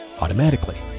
automatically